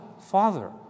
Father